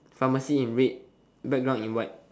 pharmacy in red background in white